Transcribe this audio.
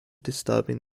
disturbing